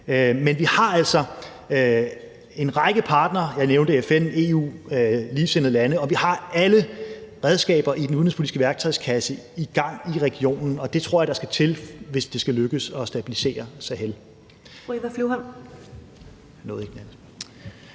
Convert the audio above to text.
Men vi har altså en række partnere – jeg nævnte FN, EU og ligesindede lande – og vi har alle redskaberne i den udenrigspolitiske værktøjskasse i gang i regionen, og det tror jeg skal til, hvis det skal lykkes at stabilisere Sahel.